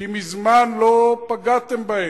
כי מזמן לא פגעתם בהם.